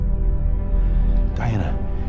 Diana